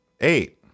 eight